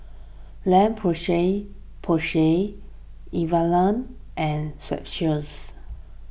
La Porsay Porsay and Strepsils